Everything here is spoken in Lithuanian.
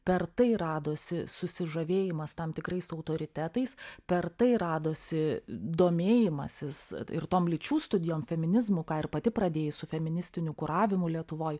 per tai radosi susižavėjimas tam tikrais autoritetais per tai radosi domėjimasis ir tom lyčių studijom feminizmu ką ir pati pradėjai su feministiniu kuravimu lietuvoj